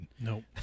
Nope